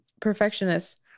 perfectionist